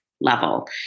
level